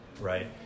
right